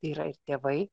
yra ir tėvai